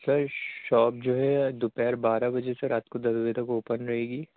سر shop جو ہے دوپہر بارہ بجے سے رات کو دس بجے تک اوپن رہے گی